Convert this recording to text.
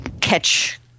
catch